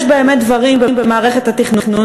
יש באמת דברים במערכת התכנון,